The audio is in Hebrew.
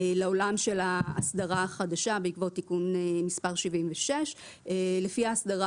לעולם שההסדרה החדשה בעקבות תיקון מס' 76. לפי ההסדרה